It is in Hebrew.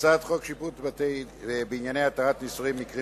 הצעת חוק שיפוט בענייני התרת נישואין (מקרים